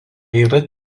yra